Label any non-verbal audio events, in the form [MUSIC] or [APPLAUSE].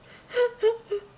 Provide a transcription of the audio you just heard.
[LAUGHS]